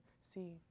see